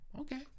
okay